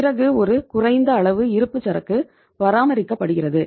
பிறகு ஒரு குறைந்த அளவு இருப்பு சரக்கு பராமரிக்கப்படுகிறது